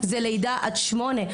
זה לידה עד שמונה,